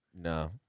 No